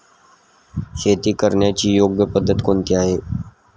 शेती करण्याची योग्य पद्धत कोणती आहे?